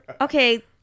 Okay